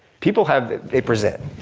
people have, they present.